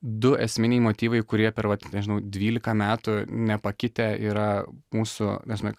du esminiai motyvai kurie per vat nežinau dvylika metų nepakitę yra mūsų ta prasme